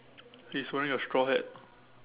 he's wearing a straw hat